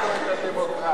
לצערי הרב,